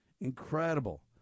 incredible